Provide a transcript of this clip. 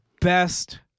best